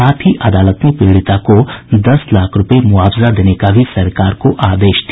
साथ ही अदालत ने पीड़िता को दस लाख रूपये मुआवजा देने का भी सरकार को आदेश दिया